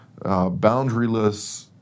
boundaryless